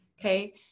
okay